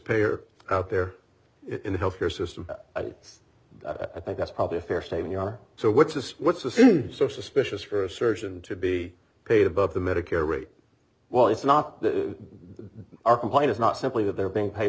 payer out there in the health care system i think that's probably a fair statement you are so what's this what's so suspicious for a surgeon to be paid above the medicare rate well it's not the our complaint is not simply that they're being paid